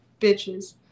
Bitches